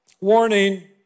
Warning